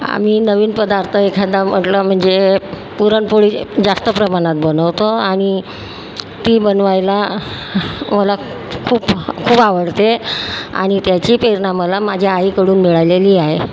आम्ही नवीन पदार्थ एखादा म्हटलं म्हणजे पुरणपोळी जास्त प्रमाणात बनवतो आणि ती बनवायला मला खूप खूप आवडते आणि त्याची प्रेरणा मला माझ्या आईकडून मिळालेली आहे